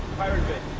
pirate bay.